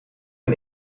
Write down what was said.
een